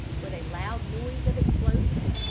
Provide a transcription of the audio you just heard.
with a loud noise of explosion.